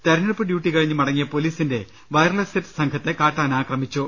തിരഞ്ഞെടുപ്പ് ഡ്യൂട്ടി കഴിഞ്ഞ് മടങ്ങിയ പോലീസിന്റെ വയർലസ് സെറ്റ് സംഘത്തെ കാട്ടാന അക്രമിച്ചു